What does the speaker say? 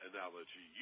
Analogy